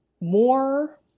more